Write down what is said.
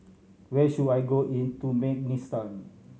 where should I go in Turkmenistan